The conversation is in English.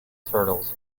turtles